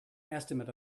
estimate